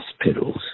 hospitals